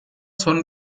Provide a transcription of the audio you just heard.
son